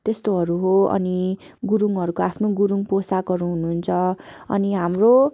त्यस्तोहरू हो अनि गुरुङहरूको आफ्नो गुरुङ पोसाकहरू हुनुहुन्छ अनि हाम्रो